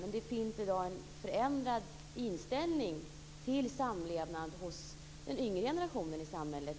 I dag finns det en förändrad inställning till samlevnad hos den yngre generationen i samhället.